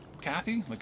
kathy